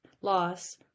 loss